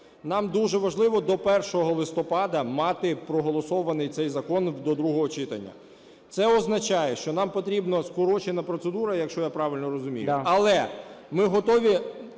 Нам дуже важливо до 1 листопада мати проголосований цей закон до другого читання. Це означає, що нам потрібна скорочена процедура, якщо я правильно розумію… ГОЛОВУЮЧИЙ.